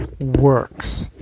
works